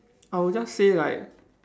I would just say like